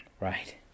Right